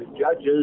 judges